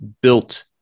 built